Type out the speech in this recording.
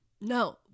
No